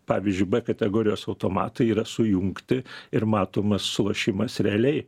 pavyzdžiui b kategorijos automatai yra sujungti ir matomas lošimas realiai